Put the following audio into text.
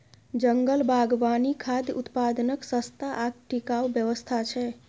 जंगल बागवानी खाद्य उत्पादनक सस्ता आ टिकाऊ व्यवस्था छै